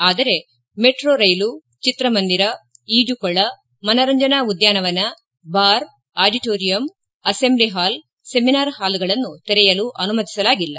ಆದರೆ ಮಟ್ರೋ ರೈಲು ಚಿತ್ರಮಂದಿರ ಈಜುಕೊಳ ಮನರಂಜನಾ ಉದ್ದಾನವನ bar auditorium assembly hall seminar ಹಾಲ್ಗಳನ್ನು ತೆರೆಯಲು ಅನುಮತಿಸಲಾಗಿಲ್ಲ